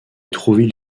trouville